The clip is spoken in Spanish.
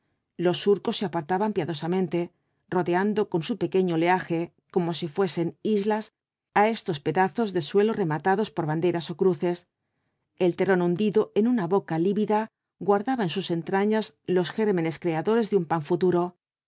los surcos se apartaban piadosamente rodeando con su pequeño oleaje como si fuesen islas á estos pedazos de suelo rematados por banderas ó cruces el terrón hundido en una boca lívida guardaba en sus entrañas los gérmenes creadores de un pan futuro